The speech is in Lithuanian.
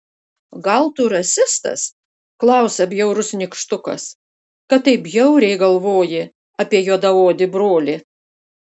gal tu rasistas klausia bjaurus nykštukas kad taip bjauriai galvoji apie juodaodį brolį